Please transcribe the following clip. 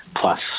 plus